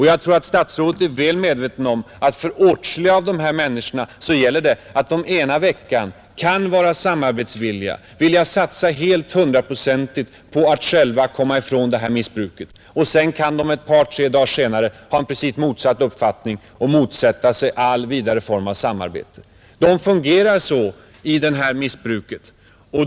Jag tror att statsrådet är väl medveten om att åtskilliga av dessa människor ena veckan kan vara samarbetsvilliga, själva vill satsa hundraprocentigt på att komma ifrån sitt missbruk, men ett par tre dagar senare kan ha en rakt motsatt uppfattning och motsätter sig allt vidare samarbete. De fungerar så på grund av narkotikamissbruket.